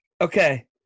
Okay